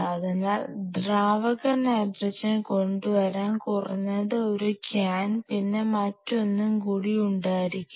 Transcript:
അതിനാൽ ദ്രാവക നൈട്രജൻ കൊണ്ടുവരാൻ കുറഞ്ഞത് ഒരു ക്യാൻ പിന്നെ മറ്റൊന്നും കൂടി ഉണ്ടായിരിക്കണം